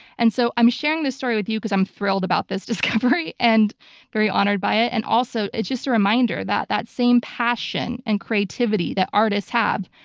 and so i'm sharing this story with you because i'm thrilled about this discovery and very honored by it and also it's just a reminder that that same passion and creativity that artists have,